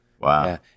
Wow